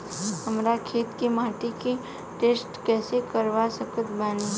हमरा खेत के माटी के टेस्ट कैसे करवा सकत बानी?